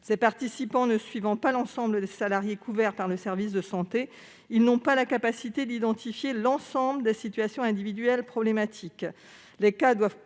Ses participants ne suivant pas l'ensemble des salariés couverts par le service de santé, ils n'ont pas la capacité d'identifier l'ensemble des situations individuelles problématiques.